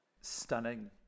stunning